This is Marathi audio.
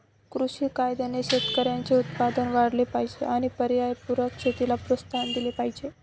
कृषी कायद्याने शेतकऱ्यांचे उत्पन्न वाढले पाहिजे आणि पर्यावरणपूरक शेतीला प्रोत्साहन दिले पाहिजे